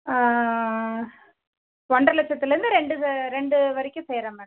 ஒன்றரை லட்சத்திலேருந்து ரெண்டு ரெண்டு வரைக்கும் செய்கிறேன் மேடம்